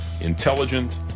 intelligent